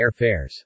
airfares